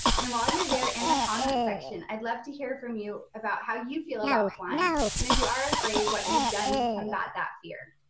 and while you're there, in the comment section, i'd love to hear from you about how you feel about flying. and if you are afraid, what you've done to combat that fear.